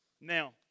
Now